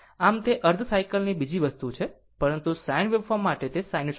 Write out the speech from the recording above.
આમ જો કે તે અર્ધ સાયકલ ની બીજી વસ્તુ છે પરંતુ સાઈન વેવફોર્મ માટે સાઇનસાઇડલ છે